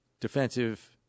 defensive